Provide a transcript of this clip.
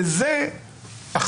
בזה אני איתך,